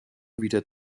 wieder